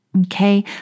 Okay